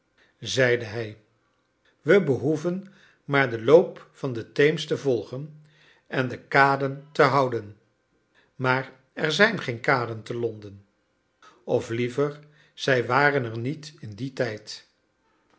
zeide hij wij behoeven maar den loop van de theems te volgen en de kaden te houden maar er zijn geen kaden te londen of liever zij waren er niet in dien tijd